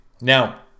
Now